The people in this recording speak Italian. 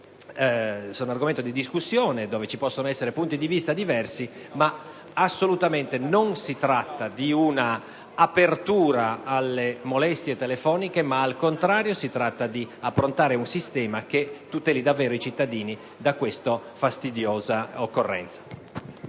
sono argomenti di discussione e ci possono essere punti di vista diversi; non si tratta però assolutamente di un'apertura alle molestie telefoniche ma, al contrario, di approntare un sistema che tuteli davvero i cittadini da questa fastidiosa occorrenza.